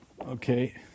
Okay